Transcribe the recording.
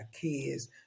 kids